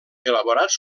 elaborats